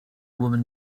woman